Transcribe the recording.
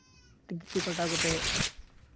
ticket ᱠᱚ ᱠᱟᱴᱟᱣ ᱠᱟᱛᱮᱫ